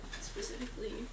specifically